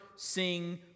Sing